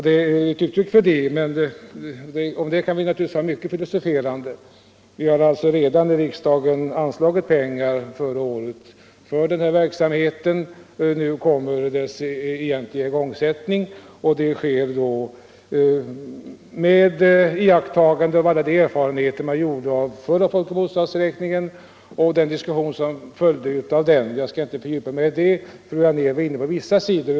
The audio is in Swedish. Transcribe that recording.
Det kan naturligtvis bli föremål för mycket filosoferande. Men vi anslog redan förra året pengar till den här verksamheten, och nu är det fråga om igångsättningen. Den sker då med utnyttjande av alla de erfarenheter som gjordes av den förra folkoch bostadsräkningen. Jag skall inte fördjupa mig i dessa erfarenheter — fru Anér var inne på en del av dem.